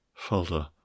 folder